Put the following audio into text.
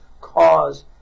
cause